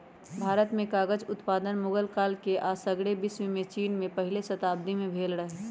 भारत में कागज उत्पादन मुगल काल में आऽ सग्रे विश्वमें चिन में पहिल शताब्दी में भेल रहै